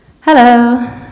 Hello